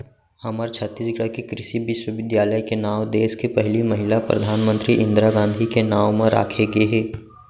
हमर छत्तीसगढ़ के कृषि बिस्वबिद्यालय के नांव देस के पहिली महिला परधानमंतरी इंदिरा गांधी के नांव म राखे गे हे